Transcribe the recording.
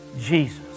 Jesus